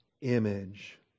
image